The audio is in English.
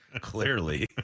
Clearly